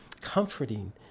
comforting